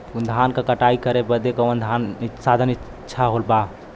धान क कटाई करे बदे कवन साधन अच्छा बा?